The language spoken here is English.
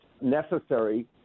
necessary